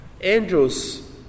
angels